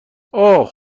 اوه